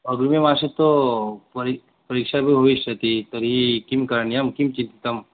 अग्रिमे मासे तो परि परीक्षापि भविष्यति तर्हि किं करणीयं किं चिन्तितम्